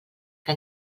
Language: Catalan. que